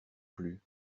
plus